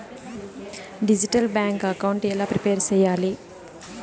Digital bank account ఎలా prepare సెయ్యాలి?